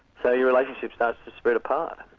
so your relationship starts to spread apart,